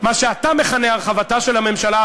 מה שאתה מכנה "הרחבתה של הממשלה",